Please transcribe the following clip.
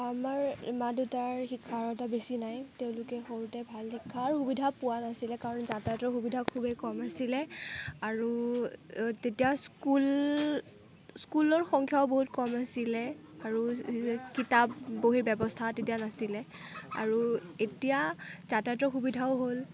আমাৰ মা দেউতাৰ শিক্ষাৰ অৰ্হতা বেছি নাই তেওঁলোকে সৰুতে ভাল শিক্ষাৰ সুবিধা পোৱা নাছিলে কাৰণ যাতায়তৰ সুবিধা খুবেই কম আছিলে আৰু তেতিয়া স্কুল স্কুলৰ সংখ্যাও বহুত কম আছিলে আৰু কিতাপ বহীৰ ব্যৱস্থা তেতিয়া নাছিলে আৰু এতিয়া যাতায়তৰ সুবিধাও হ'ল